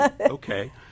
okay